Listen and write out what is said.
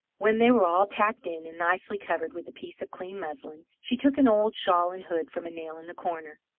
when they were all packed in, and nicely covered with a piece of clean muslin, she took an old shawl and hood from a nail in the corner,